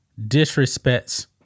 disrespects